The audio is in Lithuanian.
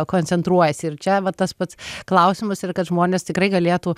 koncentruojasi ir čia vat tas pats klausimas ir kad žmonės tikrai galėtų